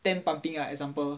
ten pumping ah example